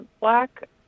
black